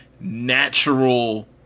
natural